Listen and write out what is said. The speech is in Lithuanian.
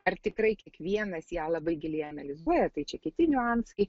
ar tikrai kiekvienas ją labai giliai analizuoja tai čia kiti niuansai